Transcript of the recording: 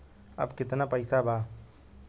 अब कितना पैसा बा?